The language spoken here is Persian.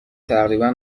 تقریبا